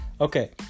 Okay